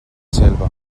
xelva